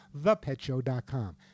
thepetshow.com